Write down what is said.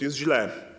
Jest źle.